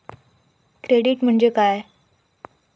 Credit म्हणजे काय?